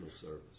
service